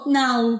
now